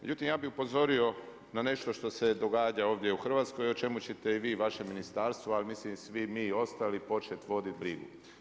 Međutim ja bih upozorio na nešto što se događa ovdje u Hrvatskoj, o čemu ćete i vi i vaše ministarstvo, ali mislim i svi mi ostali počet voditi brigu.